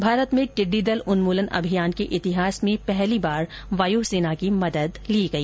भारत में टिड्डी दल उन्मूलन अभियान के इतिहास में पहली बार वायु सेना की मदद ली गई